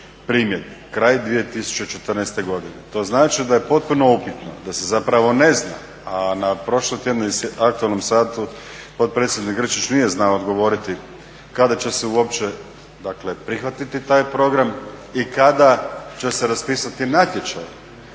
primjedbi, kraj 2014. godine. To znači da je potpuno upitno da se zapravo ne zna, a na prošlotjednom aktualnom satu potpredsjednik Grčić nije znao odgovoriti kada će se uopće dakle prihvatiti taj program, i kada će se raspisati natječaj